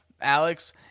Alex